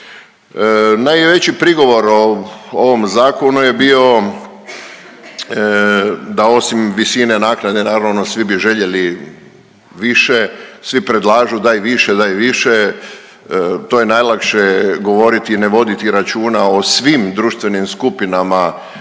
Najveći prigovor o ovom zakonu je bio da osim visine naknade naravno svi bi željeli više, svi predlažu daj više, daj više. To je najlakše govoriti, ne voditi računa o svim društvenim skupinama